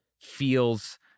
feels